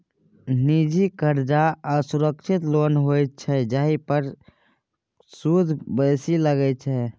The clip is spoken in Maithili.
निजी करजा असुरक्षित लोन होइत छै जाहि पर सुद बेसी लगै छै